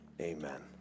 Amen